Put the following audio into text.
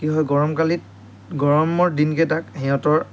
কি হয় গৰমকালিত গৰমৰ দিনকেইটাত সিহঁতৰ